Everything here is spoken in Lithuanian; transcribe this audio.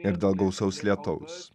ir dėl gausaus lietaus